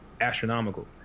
astronomical